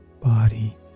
body